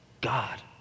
God